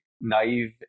naive